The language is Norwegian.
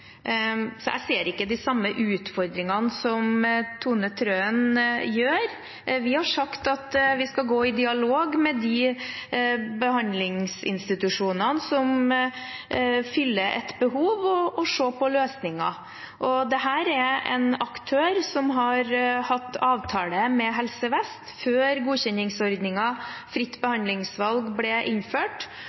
så jeg ser ikke de samme utfordringene som Tone Trøen gjør. Vi har sagt at vi skal gå i dialog med de behandlingsinstitusjonene som fyller et behov, og se på løsninger. Dette er en aktør som har hatt avtale med Helse Vest før godkjenningsordningen fritt behandlingsvalg ble innført,